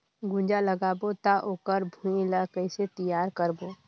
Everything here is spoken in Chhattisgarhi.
गुनजा लगाबो ता ओकर भुईं ला कइसे तियार करबो?